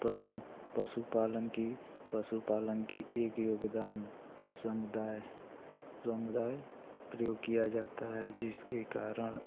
पशु पशुपालन की पशुपालन की एक योगदान समुदाय समुदाय प्रयोग किया जाता है जिसके कारण